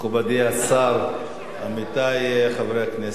מכובדי השר, עמיתי חברי הכנסת,